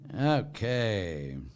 Okay